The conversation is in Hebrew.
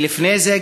ולפני זה,